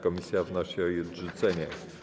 Komisja wnosi o jej odrzucenie.